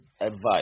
advice